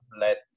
let